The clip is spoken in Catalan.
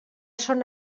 són